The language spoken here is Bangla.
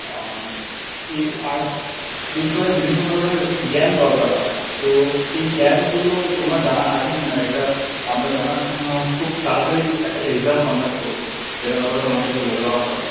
এই আর্ট বিষয়ে বিভিন্ন ধরনের জ্ঞান দরকার হয় তো এই জ্ঞানগুলো তোমার জানা আছে কি না এটা আমরা জানার জন্য খুব তাড়াতাড়ি একটা এক্সাম কন্ডাক্ট করব যেটার ব্যাপারে তোমাদেরকে বলে দেওয়া হবে